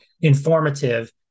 informative